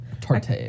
Tarte